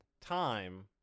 time